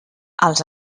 als